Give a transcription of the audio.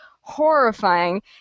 horrifying